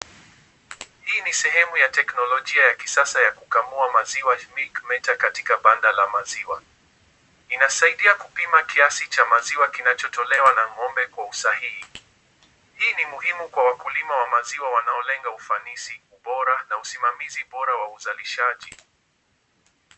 Hii ni sehemu ya kiteknolojia ya kisasa ya kukamua maziwa iliyohutumika katika panda la maziwa inasaidia kipima kiasi ya maziwa kinachatolewa na ng'ombe kwa husahihi, hii ni muhimu kwa wakulima wa maziwa wanaolenga hufanisi ubora na usimamisi bora wa usalishaji.